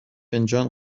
فنجان